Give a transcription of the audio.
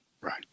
Right